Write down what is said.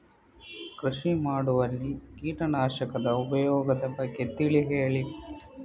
ಕೃಷಿ ಮಾಡುವಲ್ಲಿ ಕೀಟನಾಶಕದ ಉಪಯೋಗದ ಬಗ್ಗೆ ತಿಳಿ ಹೇಳಿ